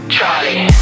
Charlie